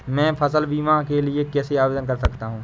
मैं फसल बीमा के लिए कैसे आवेदन कर सकता हूँ?